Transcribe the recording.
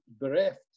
bereft